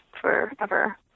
forever